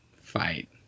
fight